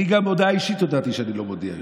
אני, גם הודעה אישית הודעתי שאני לא מודיע יותר.